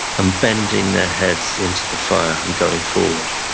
and bending their heads into the fire, and going forward.